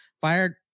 fired